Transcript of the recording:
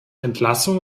entlassung